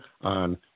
on